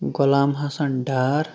Ghulam Hassan Dar